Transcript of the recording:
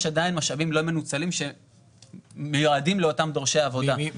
עדיין משאבים לא מנוצלים שמיועדים לאותם דורשי עבודה.